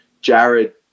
Jared